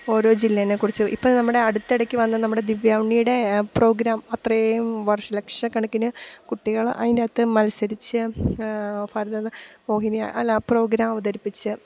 ഓരോ ജില്ലേനെക്കുറിച്ചും ഇപ്പം നമ്മുടെ അടുത്തിടക്ക് വന്ന നമ്മുടെ ദിവ്യാ ഉണ്ണീടെ പ്രോഗ്രാം അത്രയും വർഷം ലക്ഷ കണക്കിന് കുട്ടികൾ അയിന്റ്റാത്ത് മത്സരിച്ച് ഭരതനാട്യം മോഹിനിയാട്ടം അല്ല പ്രോഗ്രാം അവതരിപ്പിച്ച്